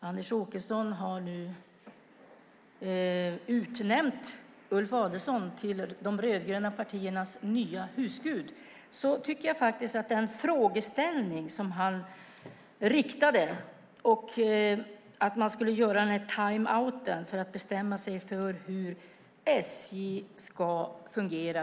Anders Åkesson har utnämnt Ulf Adelsohn till de rödgröna partiernas nya husgud på grund av hans frågeställning om att göra en timeout för att bestämma hur SJ ska fungera.